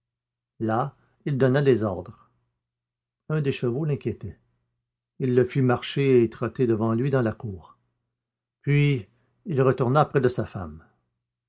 là il donna des ordres un des chevaux l'inquiétait il le fit marcher et trotter devant lui dans la cour puis il retourna près de sa femme